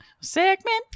segment